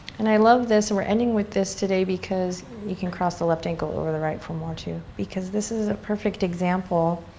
and i love this, and we're ending with this today, because, you can cross the left ankle over the right for more too, because this is a perfect example,